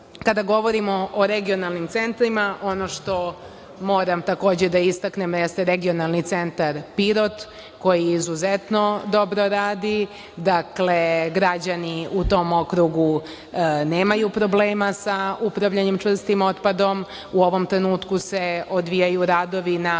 govorimo o regionalnim centrima, ono što moram takođe da istaknem jeste regionalni centar Pirot koji izuzetno dobro radi. Građani u tom okrugu nemaju problema sa upravljanjem čvrstim otpadom. U ovom trenutku se odvijaju radovi na